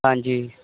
ਹਾਂਜੀ